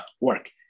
work